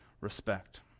respect